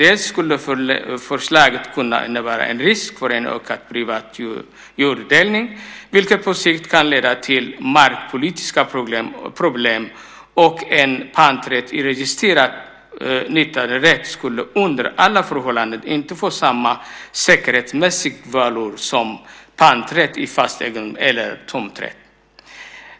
Förslaget skulle kunna innebära en risk för en ökad privat jorddelning, vilket på sikt kan leda till markpolitiska problem, och en panträtt i registrerad nyttjanderätt skulle under alla förhållanden inte få samma säkerhetsmässiga valör som panträtt i fast egendom eller tomträtt.